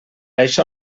això